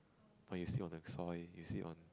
while you sleep on the soil you sleep on